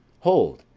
hold,